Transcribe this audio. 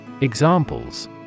Examples